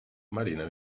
marina